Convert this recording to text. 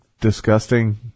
disgusting